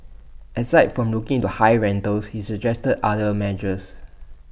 aside from looking into high rentals he suggested other measures